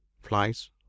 flies